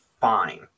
fine